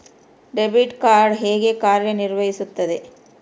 Debit card ಹೇಗೆ ಕಾರ್ಯನಿರ್ವಹಿಸುತ್ತದೆ?